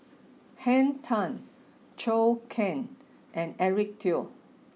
Henn Tan Zhou Can and Eric Teo